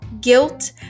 guilt